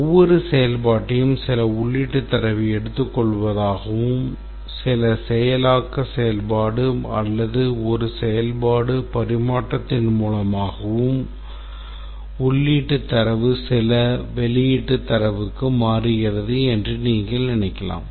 ஒவ்வொரு செயல்பாட்டையும் சில உள்ளீட்டு தரவை எடுத்துக்கொள்வதாகவும் சில செயலாக்க செயல்பாடு அல்லது ஒரு செயல்பாடு பரிமாற்றத்தின் மூலமாகவும் உள்ளீட்டு தரவு சில வெளியீட்டு தரவுக்கு மாறுகிறது என்று நீங்கள் நினைக்கலாம்